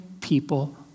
people